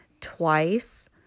twice